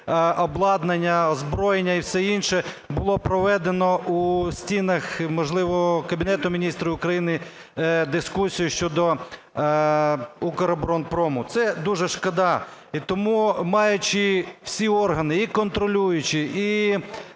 обладнання, озброєння і все інше, було проведено у стінах можливо Кабінету Міністрів України дискусію щодо "Укроборонпрому". Це дуже шкода. І тому маючи всі органи і контролюючі, і